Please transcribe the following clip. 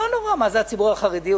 לא נורא, מה זה הציבור החרדי?